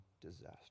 disaster